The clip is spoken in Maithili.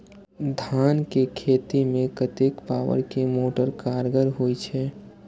धान के खेती में कतेक पावर के मोटर कारगर होई छै?